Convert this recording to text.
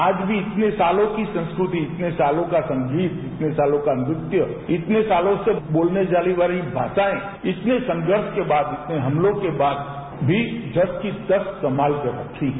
आज भी इतने सालों की संस्कृति इतने सालों का संगीत इतने सालों का नृत्य इतने सालों से बोले जाने वाली भाषाएं इतने संघर्ष के बाद भी हम लोगों के बाद भी जसे की तस संगालकर रखी है